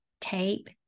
tape